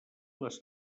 les